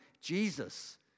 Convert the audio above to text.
Jesus